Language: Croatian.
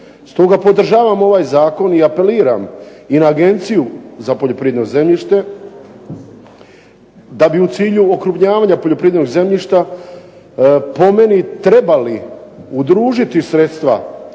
Stoga podržavam ovaj zakon i apeliram i na Agenciju za poljoprivredno zemljište da bi u cilju okrupnjavanja poljoprivrednog zemljišta po meni trebali udružiti sredstva